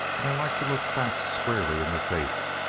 and i like to look facts squarely in the face.